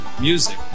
music